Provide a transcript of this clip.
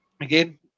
again